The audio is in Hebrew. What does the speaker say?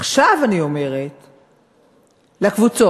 עכשיו אני אומרת לקבוצות,